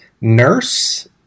nurse